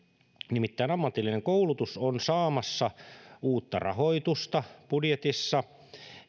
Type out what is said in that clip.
nimittäin ammatillinen koulutus on saamassa uutta rahoitusta budjetissa